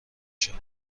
شود